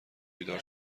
بیدار